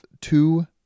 two